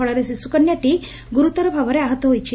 ଫଳରେ ଶିଶୁକନ୍ୟାଟି ଗୁରୁତର ଭାବରେ ଆହତ ହୋଇଛି